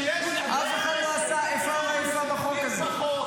אף אחד לא עשה איפה ואיפה בחוק הזה.